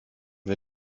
wir